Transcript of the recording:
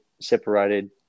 separated